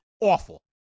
awful